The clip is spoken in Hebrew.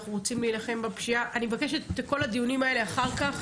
ואנחנו רוצים להילחם בפשיעה --- אני מבקשת את כל הדיונים האלה אחר כך,